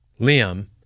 Liam